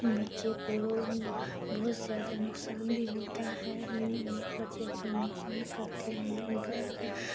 بچے کو بہت زیادہ نقصان بھی ہوتا ہے بچے اپنا نقصان کرتے ہیں بر